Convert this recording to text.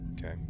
Okay